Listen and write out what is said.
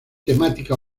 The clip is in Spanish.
temática